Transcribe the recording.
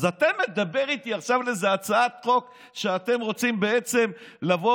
אז אתה מדבר איתי עכשיו על איזה הצעת חוק שאתם רוצים בעצם לבוא